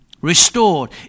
Restored